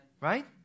Right